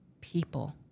people